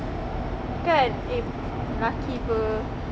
kan eh lelaki pe